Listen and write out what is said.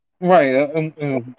Right